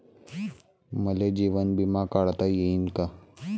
मले जीवन बिमा काढता येईन का?